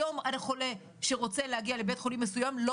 היום חולה שרוצה להגיע לבית חולים מסוים לא